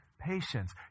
patience